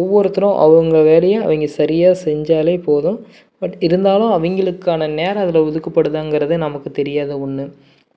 ஒவ்வொருத்தரும் அவங்க வேலையை அவங்க சரியாக செஞ்சால் போதும் பட் இருந்தாலும் அவங்களுக்கான நேரம் அதில் ஒதுக்கப்படுதாங்கறதை நமக்கு தெரியாத ஒன்று